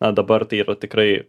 na dabar tai yra tikrai